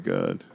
God